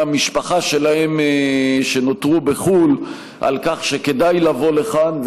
המשפחה שלהם שנותרו בחו"ל שכדאי לבוא לכאן.